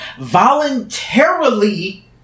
voluntarily